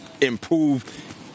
improve